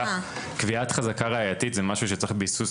קביעת חזקה ראייתית זה משהו שצריך ביסוס.